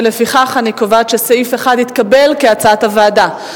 לפיכך, אני קובעת שסעיף 1 התקבל כהצעת הוועדה.